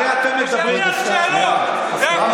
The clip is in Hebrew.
הרי אתם מדברים, כבוד